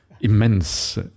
immense